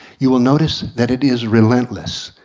you will notice that it is relentless.